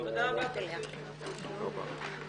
הישיבה ננעלה בשעה 12:47.